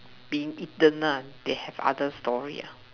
being eaten nah they have other story ah